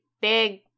big